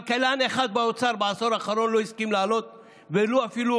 כלכלן אחד באוצר בעשור האחרון לא הסכים להעלות ולו אפילו